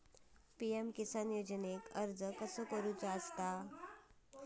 PM Kisan योजनेक अर्ज कसो करायचो?